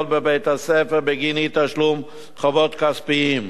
בבית-הספר בגין אי-תשלום חובות כספיים,